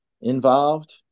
involved